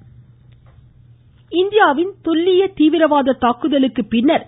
பிபின் ராவத் இந்தியாவின் துல்லிய தீவிரவாத தாக்குதலுக்குப் பின்னர்